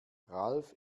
ralf